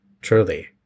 truly